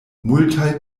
multaj